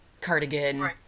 cardigan